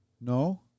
No